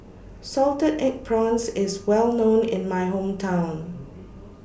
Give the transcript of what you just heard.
Salted Egg Prawns IS Well known in My Hometown